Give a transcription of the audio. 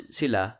sila